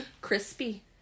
Crispy